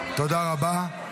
תודה רבה.